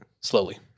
Slowly